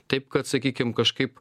taip kad sakykim kažkaip